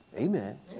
Amen